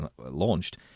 launched